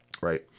right